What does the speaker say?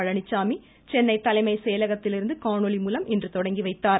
பழனிச்சாமி சென்னை தலைமை செயலகத்திலிருந்து காணொளிமூலம் இன்று தொடங்கிவைத்தார்